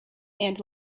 and